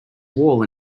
wall